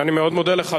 אני מאוד מודה לך.